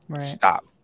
stop